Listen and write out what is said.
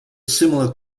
similar